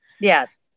Yes